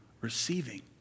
receiving